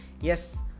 Yes